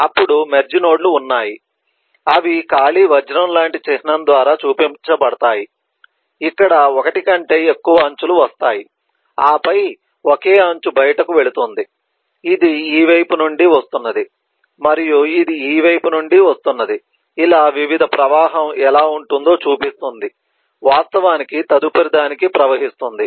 అప్పుడు మెర్జ్ నోడ్లు ఉన్నాయి అవి ఖాళీ వజ్రం లాంటి చిహ్నం ద్వారా చూపించబడతాయి ఇక్కడ ఒకటి కంటే ఎక్కువ అంచులు వస్తాయి ఆపై ఒకే అంచు బయటకు వెళుతుంది ఇది ఈ వైపు నుండి వస్తున్నది మరియు ఇది ఈ వైపు నుండి వస్తున్నది ఇలా వివిధ ప్రవాహం ఎలా ఉంటుందో చూపిస్తుంది వాస్తవానికి తదుపరిదానికి ప్రవహిస్తుంది